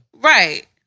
Right